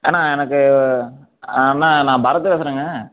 அண்ணன் எனக்கு அண்ணன் நான் பரத் பேசுகிறேங்க